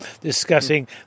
discussing